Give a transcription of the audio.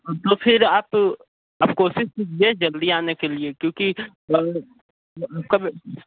तो फिर आप आप कोशिश कीजिए जल्दी आने के लिए क्यूोंकि